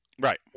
right